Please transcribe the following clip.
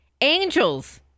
angels